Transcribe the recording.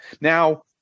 Now